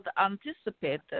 anticipated